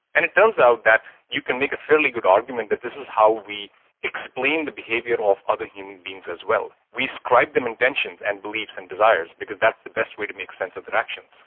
and it turns out that you can make a fairly good argument that this is how we explain the behaviour of other human beings as well. we ascribe them intentions and beliefs and desires because that's the best way to make sense of their actions.